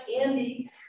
Andy